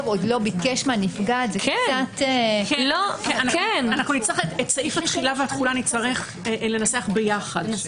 עוד לא ביקש מהנפגעת- -- את סעיף התחילה והתחולה נצטרך לנסח יחד.